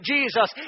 Jesus